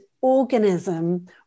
organism